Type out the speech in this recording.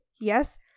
Yes